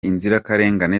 inzirakarengane